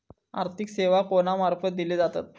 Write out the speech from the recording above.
आर्थिक सेवा कोणा मार्फत दिले जातत?